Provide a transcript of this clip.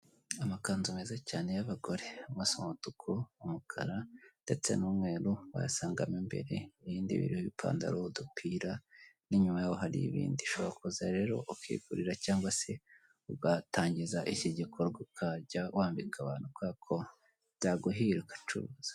Amakanzu meza cyane y'abagore, amwe asa umutuku, umukara ndetse n'umweru wayasangamo imbere ibindi biroho udupantaro, udupira n'inyuma yaho hari ibindi ushobora kuza rero ukigurira cyangwa se ugatangiza iki gikorwa ukajya wambika abantu kubera ko byaguhira ugacuruza.